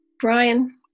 Brian